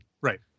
right